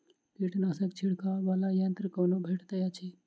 कीटनाशक छिड़कअ वला यन्त्र कतौ भेटैत अछि?